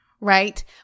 Right